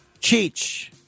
Cheech